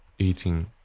eating